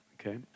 Okay